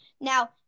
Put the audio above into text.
Now